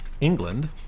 England